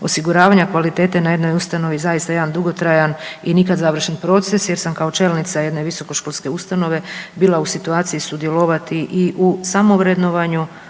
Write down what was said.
osiguravanja kvalitete na jednoj ustanovi zaista jedan dugotrajan i nikada završen proces, jer sam kao čelnica jedne visokoškolske ustanove bila u situaciji sudjelovati i u samovrednovanju